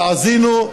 תאזינו,